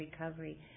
recovery